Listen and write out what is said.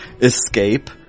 escape